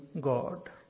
God